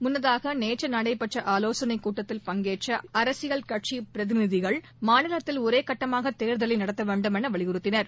முள்ளதாக நேற்றுநடைபெற்றஆவோசனைக் கூட்டத்தில் பங்கேற்றஅரசியல் கட்சிபிரதிநிதிகள் மாநிலத்தில் ஒரேகட்டமாகதேர்தலைநடத்தவேண்டும் எனவலியுறுத்தினர்